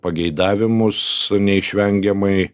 pageidavimus neišvengiamai